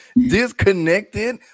Disconnected